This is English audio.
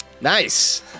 Nice